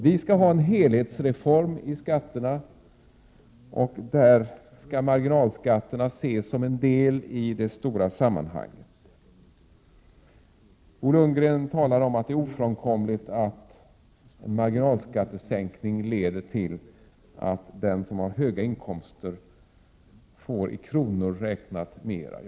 Vi skall ha en helhetsreform när det gäller skatterna, där marginalskatterna skall ses som en del i det stora sammanhanget. Bo Lundgren talar om att det är ofrånkomligt att marginalskattesänkningar leder till att den som har höga inkomster får mera räknat i kronor.